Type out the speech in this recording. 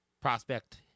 prospect